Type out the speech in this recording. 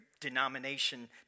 denomination